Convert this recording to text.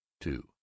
Two